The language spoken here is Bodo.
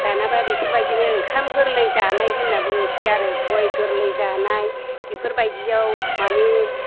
दानाबा बेफोरबायदिनो ओंखाम गोरलै जानाय होनना बुंनोसै आरो गय गोरलै जानाय बेफोरबायदियाव माने